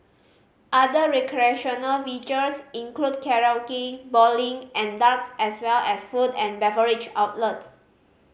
other recreational features include karaoke bowling and darts as well as food and beverage outlets